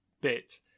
bit